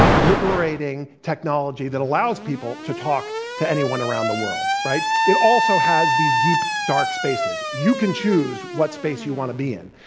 ah liberating technology that allows people to talk to anyone around the world, right? it also has these deep, dark spaces. you can choose what space you want to be in.